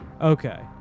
Okay